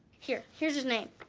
here, here's his name.